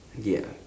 ya